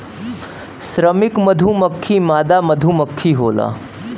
श्रमिक मधुमक्खी मादा मधुमक्खी होला